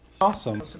Awesome